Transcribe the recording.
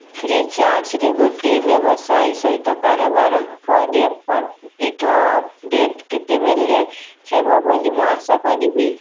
free ଚାର୍ଜ୍ରେ ଗୋଟିଏ ବ୍ୟବସାୟୀ ସହିତ କାରବାର ପରେ ପଇଠ ଅପଡ଼େଟ୍ କେତେବେଳେ ହେବ ବୋଲି ମୁଁ ଆଶା କରିବି